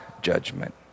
judgment